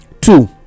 Two